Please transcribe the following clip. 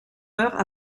meurent